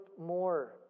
more